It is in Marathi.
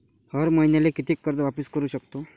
हर मईन्याले कितीक कर्ज वापिस करू सकतो?